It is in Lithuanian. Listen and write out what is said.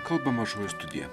kalba mažoji studija